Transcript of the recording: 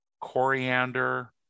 coriander